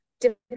different